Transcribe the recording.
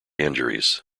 injuries